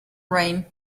rain